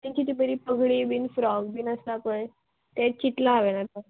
तें कितें बरीं पगडी बीन फ्रॉक बीन आसता पय तें चिंतलां हांवेन आतां